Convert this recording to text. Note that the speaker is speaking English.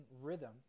rhythm